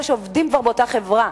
אלה שכבר עובדים באותה חברה,